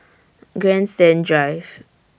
Grandstand Drive